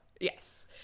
Yes